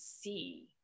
see